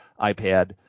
iPad